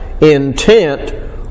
intent